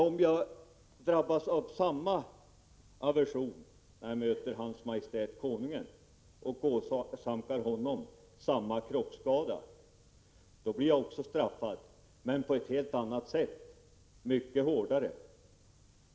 Om jag drabbas av samma aversion när jag möter hans majestät konungen och åsamkar honom samma kroppsskada blir jag också straffad, men på ett helt annat sätt, mycket hårdare.